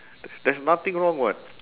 th~ there's nothing wrong [what]